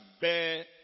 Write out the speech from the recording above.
bear